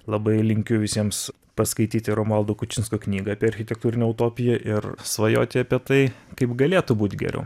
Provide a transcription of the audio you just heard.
labai linkiu visiems paskaityti romualdo kučinsko knygą apie architektūrinę utopiją ir svajoti apie tai kaip galėtų būt geriau